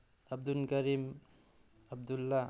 ꯑꯞꯗꯨꯟꯀꯔꯤꯝ ꯑꯞꯗꯨꯜꯂꯥ